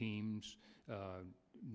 teams